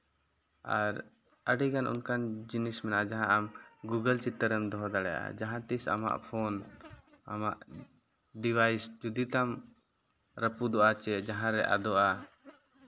ᱟᱨ ᱟᱹᱰᱤᱜᱟᱱ ᱚᱱᱠᱟᱱ ᱡᱤᱱᱤᱥ ᱢᱮᱱᱟᱜᱼᱟ ᱡᱟᱦᱟᱸ ᱟᱢ ᱜᱩᱜᱚᱞ ᱪᱤᱛᱟᱹᱨ ᱨᱮᱢ ᱫᱚᱦᱚ ᱫᱟᱲᱮᱭᱟᱜᱼᱟ ᱡᱟᱦᱟᱸ ᱛᱤᱥ ᱟᱢᱟᱜ ᱯᱷᱳᱱ ᱟᱢᱟᱜ ᱰᱤᱵᱷᱟᱭᱤᱥ ᱡᱩᱫᱤ ᱛᱟᱢ ᱨᱟᱹᱯᱩᱫᱚᱜᱼᱟ ᱪᱮ ᱡᱟᱦᱟᱸ ᱨᱮ ᱟᱫᱚᱜᱼᱟ